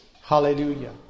Hallelujah